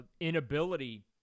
inability